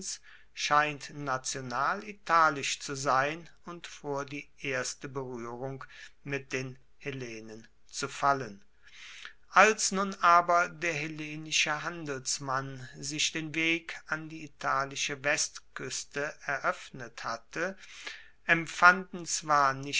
scheint national italisch zu sein und vor die erste beruehrung mit den hellenen zu fallen als nun aber der hellenische handelsmann sich den weg an die italische westkueste eroeffnet hatte empfanden zwar